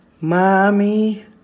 mommy